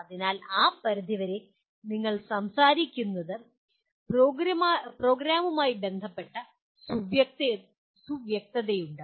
അതിനാൽ ആ പരിധി വരെ നിങ്ങൾ സംസാരിക്കുന്ന പ്രോഗ്രാമുമായി ബന്ധപ്പെട്ട് സുവ്യക്തതയുണ്ട്